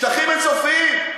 שטחים אין-סופיים.